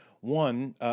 one